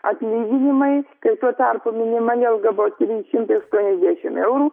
atlyginimai kai tuo tarpu minimali alga buvo trys šimtai aštuoniasdešim eurų